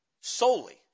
Solely